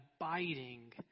abiding